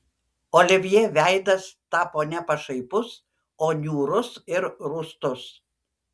olivjė veidas tapo ne pašaipus o niūrus ir rūstus